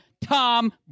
Tom